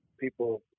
people